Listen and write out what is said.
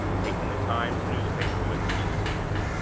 taking the times newspaper with him in his hand.